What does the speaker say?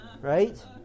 right